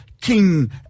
King